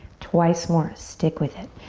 twice more, stick with it.